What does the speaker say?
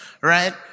Right